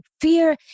fear